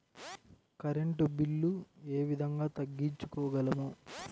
Current bill ఏ విధంగా తగ్గించుకోగలము?